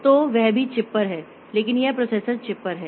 तो वह भी चिप पर है लेकिन यह प्रोसेसर चिप पर है